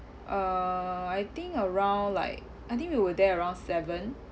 err I think around like I think we were there around seven